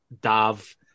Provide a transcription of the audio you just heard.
Dav